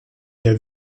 der